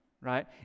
right